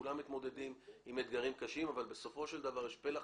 כולם מתמודדים עם אתגרים קשים אבל בסופו של דבר יש פלח